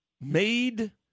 made